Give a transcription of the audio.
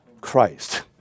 Christ